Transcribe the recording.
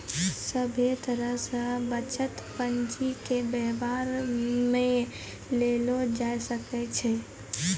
सभे तरह से बचत पंजीके वेवहार मे लेलो जाय सकै छै